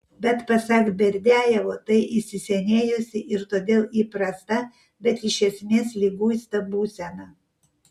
bet pasak berdiajevo tai įsisenėjusi ir todėl įprasta bet iš esmės liguista būsena